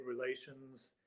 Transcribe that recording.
relations